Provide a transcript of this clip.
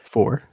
Four